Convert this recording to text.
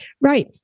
Right